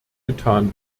getan